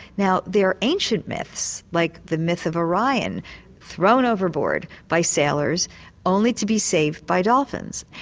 now there are ancient myths like the myth of orion thrown overboard by sailors only to be saved by dolphins.